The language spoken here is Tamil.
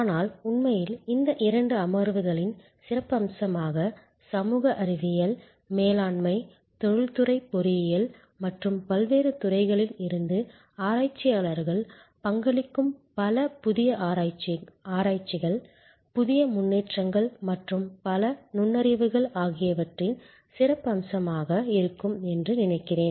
ஆனால் உண்மையில் இந்த இரண்டு அமர்வுகளின் சிறப்பம்சமாக சமூக அறிவியல் மேலாண்மை தொழில்துறை பொறியியல் மற்றும் பல்வேறு துறைகளில் இருந்து ஆராய்ச்சியாளர்கள் பங்களிக்கும் பல புதிய ஆராய்ச்சிகள் புதிய முன்னேற்றங்கள் மற்றும் பல நுண்ணறிவுகள் ஆகியவற்றின் சிறப்பம்சமாக இருக்கும் என்று நினைக்கிறேன்